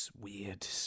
weird